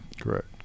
Correct